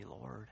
Lord